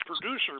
producer